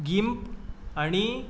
गिम्प आनी